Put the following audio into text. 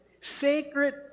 Sacred